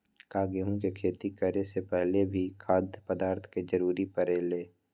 का गेहूं के खेती करे से पहले भी खाद्य पदार्थ के जरूरी परे ले?